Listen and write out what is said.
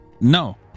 No